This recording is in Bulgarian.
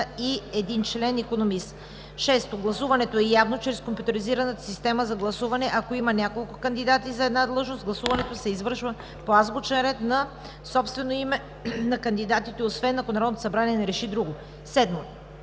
и един член – икономист. 6. Гласуването е явно чрез компютъризираната система за гласуване. Ако има няколко кандидати за една длъжност, гласуването се извършва по азбучен ред на собствените имена на кандидатите, освен ако Народното събрание реши друго. 7.